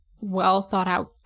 well-thought-out